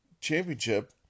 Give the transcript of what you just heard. championship